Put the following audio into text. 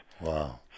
Wow